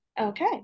Okay